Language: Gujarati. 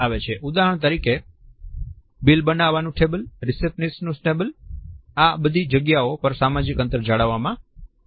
ઉદાહરણ તરીકે બીલ બનવાનું ટેબલ રિસેપ્શનિસ્ટ નું ટેબલ આ બધી જગ્યાઓ પર સામાજિક અંતર જાળવવામાં આવે છે